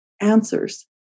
answers